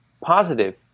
positive